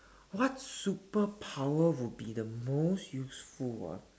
what superpower would be the most useful ah